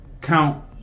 count